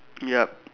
yup